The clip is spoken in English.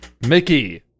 Mickey